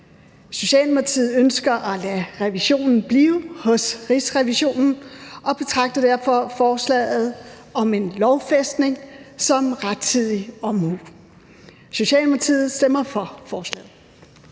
Socialdemokratiet ønsker at lade revisionen blive hos Rigsrevisionen og betragter derfor forslaget om en lovfæstning som rettidig omhu. Socialdemokratiet stemmer for forslaget.